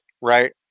right